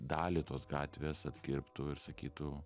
dalį tos gatvės atkirptų ir sakytų